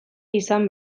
izan